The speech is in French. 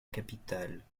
capitale